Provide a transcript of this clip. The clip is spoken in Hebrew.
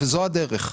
וזו הדרך.